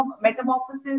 metamorphosis